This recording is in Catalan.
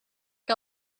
que